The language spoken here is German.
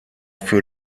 für